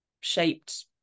shaped